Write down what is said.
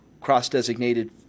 cross-designated